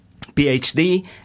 PhD